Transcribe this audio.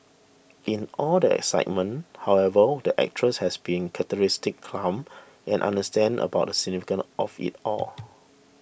in all the excitement however the actress has been characteristically calm and understated about the significance of it all